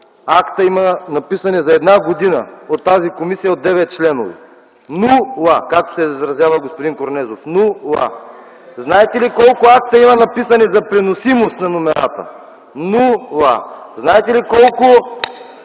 акта има написани за една година от тази комисия от 9 членове? Ну-ла, както се изразява господин Корнезов – ну-ла. Знаете ли колко акта има за преносимост на номерата? Ну-ла! Знаете ли колко